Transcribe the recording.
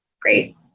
great